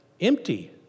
empty